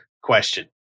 question